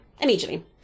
Immediately